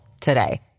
today